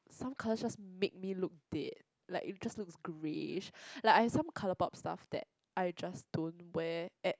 some colours just make me look dead like it just looks greyish like I have some ColourPop stuff that I just don't wear at